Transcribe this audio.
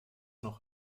noch